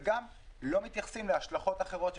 וגם לא מתייחסים להשלכות אחרות שמתבצעות.